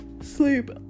sleep